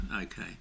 Okay